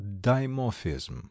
dimorphism